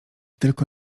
tylko